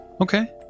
Okay